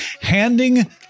handing